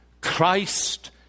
Christ